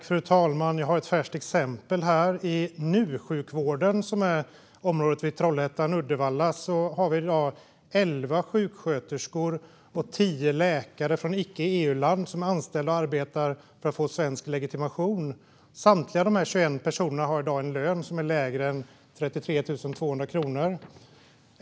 Fru talman! Jag har ett färskt exempel: I NU-sjukvården - området vid Trollhättan och Uddevalla - har vi i dag elva sjuksköterskor och tio läkare från icke EU-land som är anställda och arbetar för att få svensk legitimation. Samtliga dessa 21 personer har i dag en lön som är lägre än 33 200 kronor.